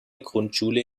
grundschule